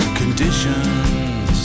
conditions